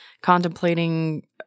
contemplating